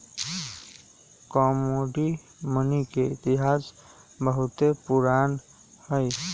commodity money के इतिहास बहुते पुरान हइ